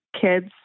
kids